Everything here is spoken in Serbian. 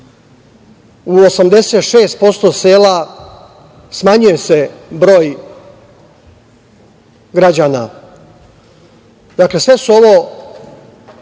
U 86% sela smanjuje se broj građana. Dakle, sve su ovo